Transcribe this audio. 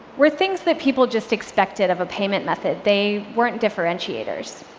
were things that people just expected of a payment method. they weren't differentiators.